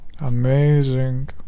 Amazing